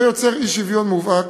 זה יוצר אי-שוויון מובהק.